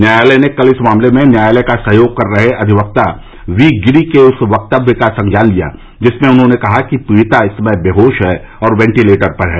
न्यायालय ने कल इस मामले में न्यायालय का सहयोग कर रहे अधिवक्ता वी गिरी के उस वक्तव्य का संज्ञान लिया जिसमें उन्होंने कहा था कि पीड़िता इस समय बेहोश है और वेंटिलेटर पर है